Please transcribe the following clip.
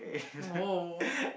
!woah!